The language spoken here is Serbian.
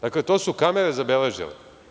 Dakle, to su kamere zabeležile.